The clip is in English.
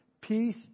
peace